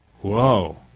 Whoa